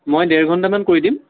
মই ডেৰ ঘণ্টামান কৰি দিম